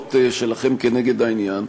והצבעות שלכם כנגד העניין,